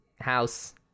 house